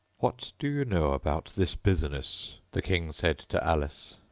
what do you know about this business the king said to alice.